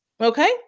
Okay